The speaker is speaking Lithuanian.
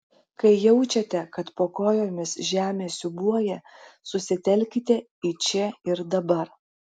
kai jaučiate kad po kojomis žemė siūbuoja susitelkite į čia ir dabar